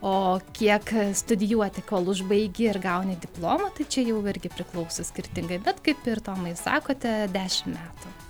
o kiek studijuoti kol užbaigi ir gauni diplomą tai čia jau irgi priklauso skirtingai bet kaip ir tomai sakote dešim metų